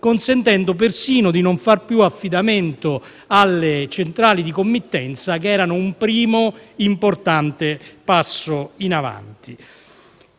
consentendo persino di non far più affidamento alle centrali di committenza, che erano un primo importante passo in avanti.